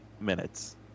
minutes